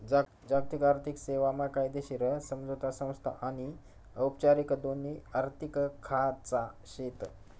जागतिक आर्थिक सेवा मा कायदेशीर समझोता संस्था आनी औपचारिक दोन्ही आर्थिक खाचा शेत